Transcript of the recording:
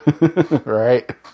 Right